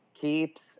keeps